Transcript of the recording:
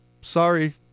sorry